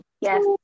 Yes